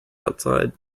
outside